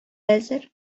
әзер